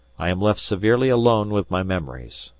i am left severely alone with my memories.